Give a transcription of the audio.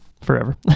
forever